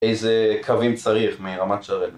איזה קווים צריך מרמת שרת